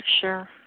Sure